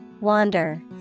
Wander